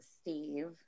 Steve